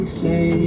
say